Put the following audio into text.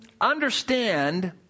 understand